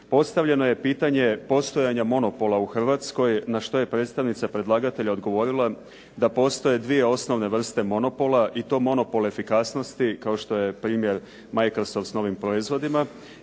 Postavljeno je pitanje postojanja monopola u Hrvatskoj na što je predstavnica predlagatelja odgovorila da postoje dvije osnovne vrste monopola i to monopol efikasnosti, kao što je primjer Microsoft s novim proizvodima